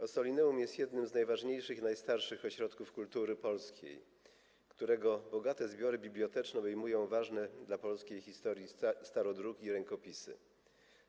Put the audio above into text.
Ossolineum jest jednym z najważniejszych i najstarszych ośrodków kultury polskiej, którego bogate zbiory biblioteczne obejmują ważne dla polskiej historii starodruki i rękopisy.